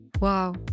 wow